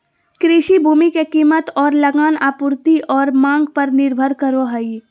कृषि भूमि के कीमत और लगान आपूर्ति और मांग पर निर्भर करो हइ